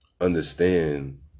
understand